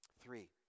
Three